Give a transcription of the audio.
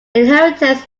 inheritance